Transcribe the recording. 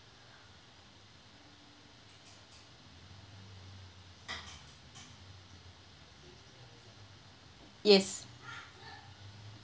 yes